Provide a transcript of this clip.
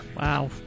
Wow